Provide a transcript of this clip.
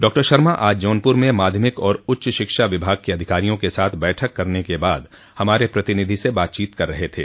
doctor Sharma आज जौनपुर में माध्यमिक और उच्च शिक्षा विभाग के अधिकारियों के साथ बैठक करने के बाद हमारे प्रतिनिधि से बातचीत कर रहे थे